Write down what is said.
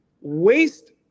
Waste